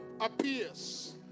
appears